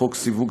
חוק סיווג,